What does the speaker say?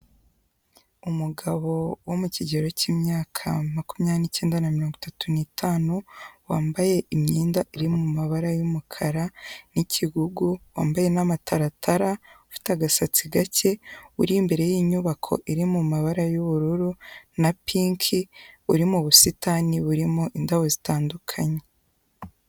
Umugabo wo mu kigero cy'imyaka makumyabiri n'icyenda na mirongo itatu n'itanu, wambaye imyenda iri mu mabara y'umukara n'ikigugu, wambaye n'amataratara ufite agasatsi gake uri imbere y'inyubako iri mu mumabara y'ubururu na pinki, uri mu busitani burimo indabo zitandukanye.